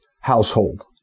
household